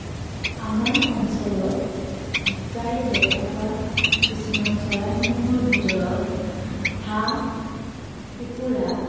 আমাৰ অঞ্চলত প্ৰায় দেখা পোৱা কিছুমান চৰাইসমূহৰ ভিতৰত হাঁহ কুকুৰা